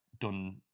done